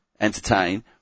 Entertain